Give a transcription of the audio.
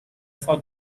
for